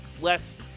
less